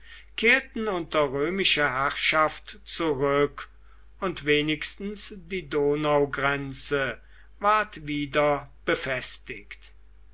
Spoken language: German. kehrten unter römische herrschaft zurück und wenigstens die donaugrenze ward wieder befestigt